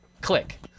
Click